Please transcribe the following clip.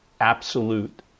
absolute